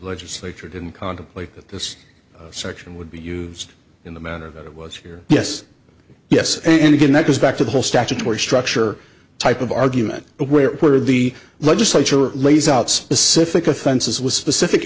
legislature didn't contemplate that this section would be used in the manner that it was here yes yes and again that goes back to the whole statutory structure type of argument where were the legislature lays out specific offenses with specific